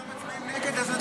למה אתם לא מצביעים נגד --- לא.